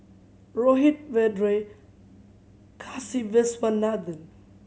Rohit Vedre and Kasiviswanathan